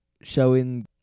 showing